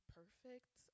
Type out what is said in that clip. perfect